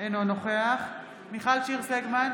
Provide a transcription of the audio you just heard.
אינו נוכח מיכל שיר סגמן,